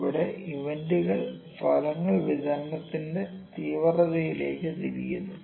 ഇവിടെ ഇവന്റുകളുടെ ഫലങ്ങൾ വിതരണത്തിന്റെ തീവ്രതയിലേക്ക് തിരിയുന്നു